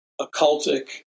occultic